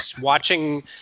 watching